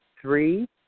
three